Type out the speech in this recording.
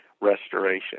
restoration